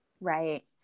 Right